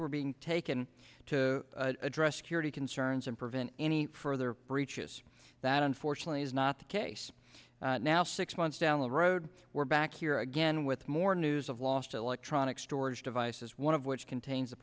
were being taken to address security concerns and prevent any further breaches that unfortunately is not the case now six months down the road we're back here again with more news of last electronic storage devices one of which contains